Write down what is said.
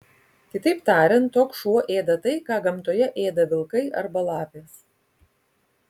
kitaip tariant toks šuo ėda tai ką gamtoje ėda vilkai arba lapės